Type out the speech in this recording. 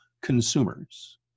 consumers